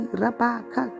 rabaka